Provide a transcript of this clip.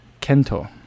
kento